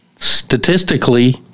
statistically